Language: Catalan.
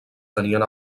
tenien